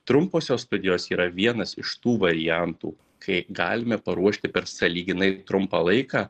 trumposios studijos yra vienas iš tų variantų kai galime paruošti per sąlyginai trumpą laiką